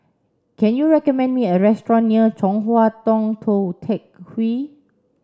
can you recommend me a restaurant near Chong Hua Tong Tou Teck Hwee